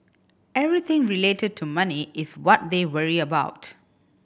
everything related to money is what they worry about